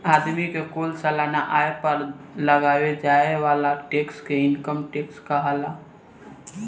आदमी के कुल सालाना आय पर लगावे जाए वाला टैक्स के इनकम टैक्स कहाला